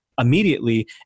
immediately